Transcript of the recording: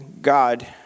god